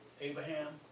Abraham